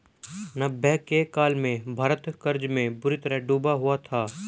नब्बे के काल में भारत कर्ज में बुरी तरह डूबा हुआ था